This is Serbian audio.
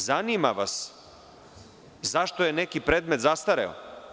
Zanima vas zašto je neki predmet zastareo.